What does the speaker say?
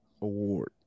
Award